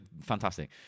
fantastic